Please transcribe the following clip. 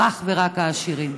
ואך ורק של העשירים.